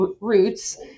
roots